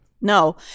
No